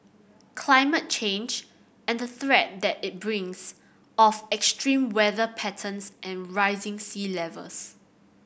climate change and the threat that it brings of extreme weather patterns and rising sea levels